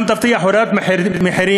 שגם תבטיח הורדת מחירים,